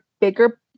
bigger